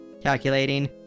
Calculating